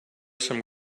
some